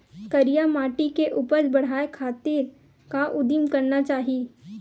करिया माटी के उपज बढ़ाये खातिर का उदिम करना चाही?